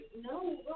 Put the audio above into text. No